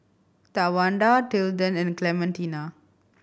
Tawanda Tilden and Clementina